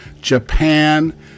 Japan